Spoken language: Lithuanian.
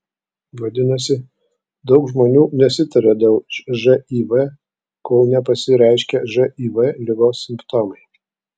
vadinasi daug žmonių nesitiria dėl živ kol nepasireiškia živ ligos simptomai